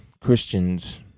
Christians